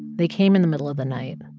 they came in the middle of the night.